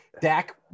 Dak